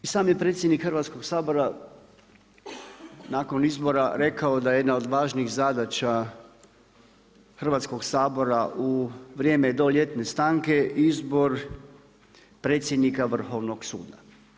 I sam je predsjednik Hrvatskog sabora nakon izbora, rekao da jedna od važnih zadaća Hrvatskog sabora u vrijem do ljetne stanke izbor predsjednika Vrhovnog suda.